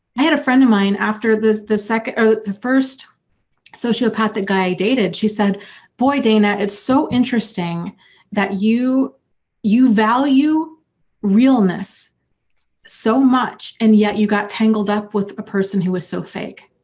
i had a friend of mine, after the. the second or the first sociopathic guy i dated, she said boy, dana, it's so interesting that you you value realness so much and yet you got tangled up with a person who was so fake.